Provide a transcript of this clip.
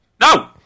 No